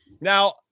Now